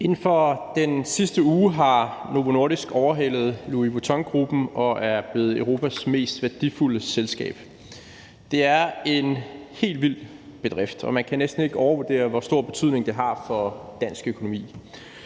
Inden for den sidste uge har Novo Nordisk overhalet Louis Vuitton-gruppen og er blevet Europas mest værdifulde selskab. Det er en helt vild bedrift, og man kan næsten ikke overvurdere, hvor stor betydning det har for dansk økonomi.